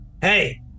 Hey